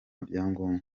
byangombwa